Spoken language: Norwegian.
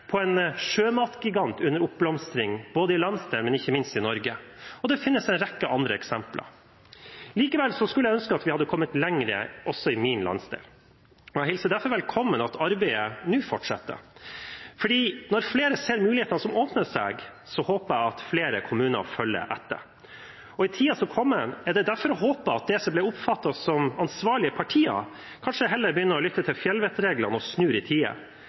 på en sjømatgigant under oppblomstring i landsdelen, men ikke minst i Norge. Og det finnes en rekke andre eksempler. Likevel skulle jeg ønske vi hadde kommet lenger også i min landsdel, og jeg hilser derfor velkommen at arbeidet nå fortsetter. For når flere ser mulighetene som åpner seg, håper jeg at flere kommuner følger etter. I tiden som kommer, er det derfor å håpe at de som blir oppfattet som ansvarlige partier, kanskje heller begynner å lytte til fjellvettreglene og snur i